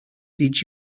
did